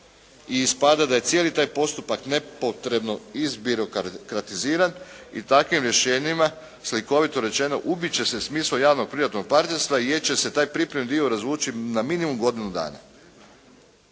i ispada da je cijeli taj postupak nepotrebno izbirokratiziran i takvim rješenjima slikovito rečeno ubit će se smisao javno-privatnog partnerstva jer će se taj pripremni dio razvući na minimum godinu dana.